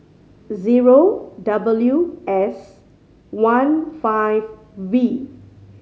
zero W S one five V